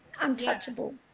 untouchable